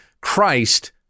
Christ